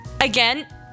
Again